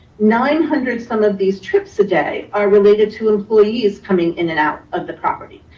nine hundred some of these trips a day are related to employees coming in and out of the property.